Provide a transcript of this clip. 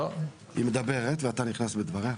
היא מדברת ואתה נכנס בדבריה.